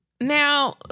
Now